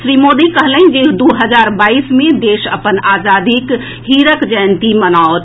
श्री मोदी कहलनि जे दू हजार बाईस मे देश अपन आजादीक हीरक जयंती मनाओत